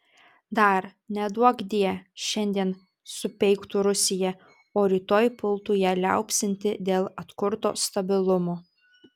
dar neduokdie šiandien supeiktų rusiją o rytoj pultų ją liaupsinti dėl atkurto stabilumo